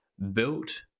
Built